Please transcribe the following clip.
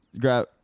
grab